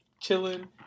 chilling